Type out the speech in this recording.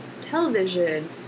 television